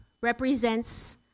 represents